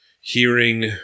hearing